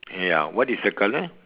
ya what is the colour